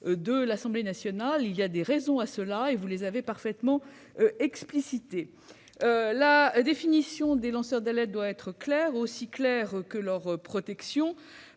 de l'Assemblée nationale. Il y a des raisons à cela, et vous les avez parfaitement explicitées. La définition des lanceurs d'alerte doit être claire, aussi claire que leur protection.